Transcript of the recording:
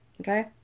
Okay